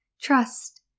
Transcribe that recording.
trust